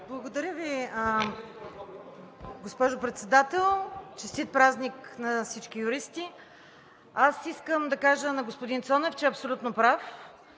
Благодаря Ви, госпожо Председател. Честит празник на всички юристи! Аз искам да кажа на господин Цонев, че е абсолютно прав,